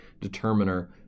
determiner